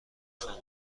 خواهم